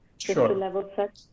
sure